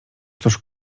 cóż